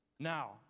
Now